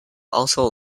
also